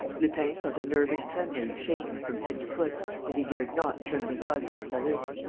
lupin felt a nervous trembling shake him from head to foot and he dared not turn his eyes on clarisse,